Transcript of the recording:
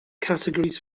categories